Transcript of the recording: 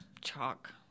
chalk